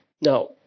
Now